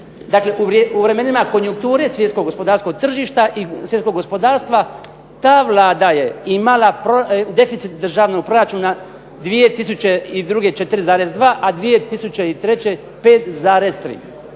dakle u vremenima konjunkture svjetskog gospodarskog tržišta i svjetskog gospodarstva, ta Vlada je imala deficit državnog proračuna 2002. 4,2 a 2003. 5,3.